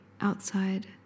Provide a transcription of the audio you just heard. outside